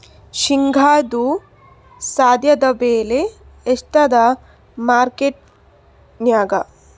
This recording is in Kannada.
ಶೇಂಗಾದು ಸದ್ಯದಬೆಲೆ ಎಷ್ಟಾದಾ ಮಾರಕೆಟನ್ಯಾಗ?